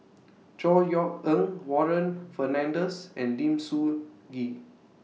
Chor Yeok Eng Warren Fernandez and Lim Soo Ngee